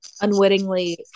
unwittingly